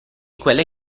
quelle